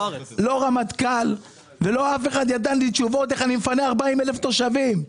לא רמטכ"ל ולא אף אחד נתנו לי תשובות איך אני מפנה 40 אלף תושבים.